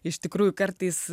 iš tikrųjų kartais